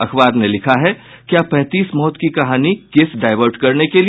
अखबार ने लिखा है क्या पैंतीस मौत की कहानी केस डायवर्ट करने के लिए